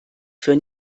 für